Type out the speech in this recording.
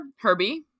Herbie